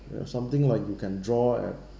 ya something like you can draw at